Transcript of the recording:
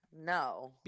No